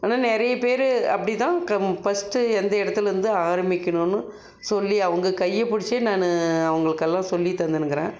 ஆனால் நிறைய பேர் அப்படித்தான் கம் ஃபர்ஸ்ட்டு எந்த இடத்தில் இருந்து ஆரம்பிக்கணுன்னு சொல்லி அவங்க கையை பிடிச்சு நான் அவங்களுக்கெல்லாம் சொல்லி தந்துணுருக்கிறேன்